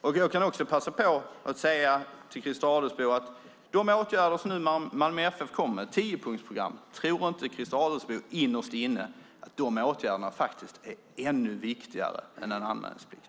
Tror inte Christer Adelsbo innerst inne att de åtgärder som Malmö FF nu kommer med i tiopunktsprogrammet är ännu viktigare än en anmälningsplikt?